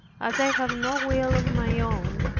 as i have no will of my own,